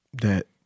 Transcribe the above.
that-